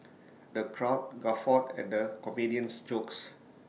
the crowd guffawed at the comedian's jokes